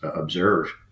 observe